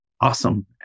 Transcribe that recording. Awesome